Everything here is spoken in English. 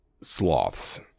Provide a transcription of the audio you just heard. sloths